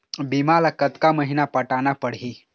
बीमा ला कतका महीना पटाना पड़ही?